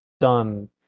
done